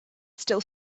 still